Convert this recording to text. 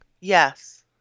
Yes